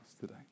today